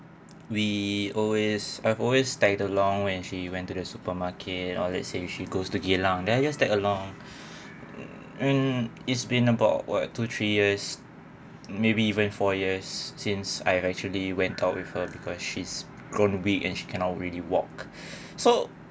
we always I've always tag along when she went to the supermarket or let's say she goes to geylang then I just tag along mm it's been about what two three years maybe even four years since I have actually went out with her because she's grown week and she cannot really walk so